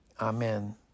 Amen